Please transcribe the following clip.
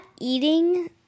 eating